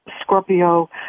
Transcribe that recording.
Scorpio